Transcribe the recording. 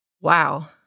Wow